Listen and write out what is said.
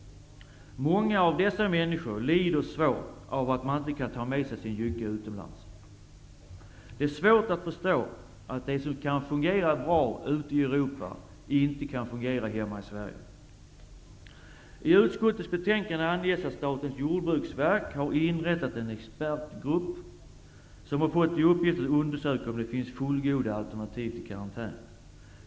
Många av dessa människor lider svårt av att de inte kan ta med sig sin jycke utomlands. Det är svårt att förstå att det som kan fungera bra i Europa inte kan fungera hemma i I utskottets betänkande anges att Statens jordbruksverk har inrättat en expertgrupp som har fått i uppgift att undersöka om det finns fullgoda alternativ till karantän.